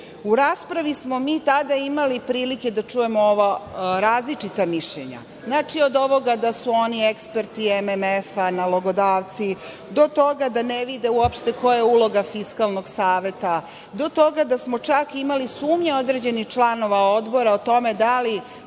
raspravi smo mi tada imali prilike da čujemo različita mišljenja. Znači, od ovoga da su oni eksperti MMF-a, nalogodavci, do toga da ne vide koja je uloga Fiskalnog saveta, do toga da smo čak imali sumnje određenih članova Odbora o tome da li